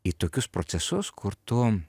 į tokius procesus kur tu